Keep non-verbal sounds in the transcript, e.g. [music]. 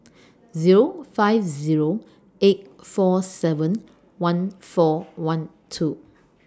[noise] Zero five Zero eight four seven one four one two [noise]